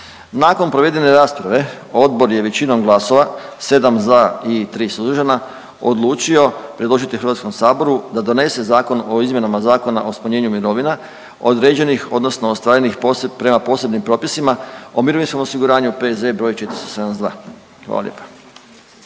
Nakon provedene rasprave odbor je većinom glasova 7 za i 3 suzdržana odlučio predložiti HS da donese Zakon o izmjenama Zakona o smanjenju mirovina određenih odnosno ostvarenih prema posebnim propisima o mirovinskom osiguranju P.Z. br. 472., hvala lijepa.